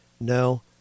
No